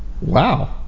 wow